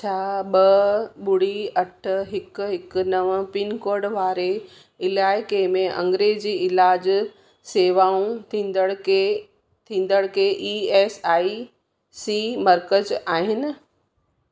छा ॿ ॿुड़ी अठ हिक हिक नव पिनकोड वारे इलाइक़े में अंग्रेज़ी इलाज शेवाऊं ॾींदड़ु के ॾींदड़ु के ई एस आई सी मर्कज़ आहिनि